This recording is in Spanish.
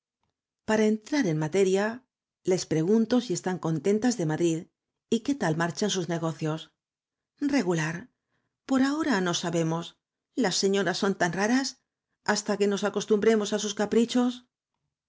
para entrar en materia las pregunto si están contentas de madrid y qué tal marchan sus negocios regular por ahora no sabemos las señoras son tan raras hasta que nos acostumbremos á sus caprichos